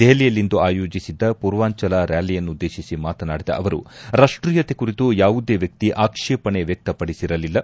ದೆಹಲಿಯಲ್ಲಿಂದು ಆಯೋಜಿಸಿದ್ದ ಪೂರ್ವಾಂಚಲ ರ್ನಾಲಿಯನ್ನುದ್ದೇಶಿಸಿ ಮಾತನಾಡಿದ ಅವರು ರಾಷ್ಸೀಯತೆ ಕುರಿತು ಯಾವುದೇ ವ್ಯಕ್ತಿ ಆಕ್ಷೇಪಣೆ ವ್ಯಕ್ತಪಡಿಸಿರಲಿಲ್ಲ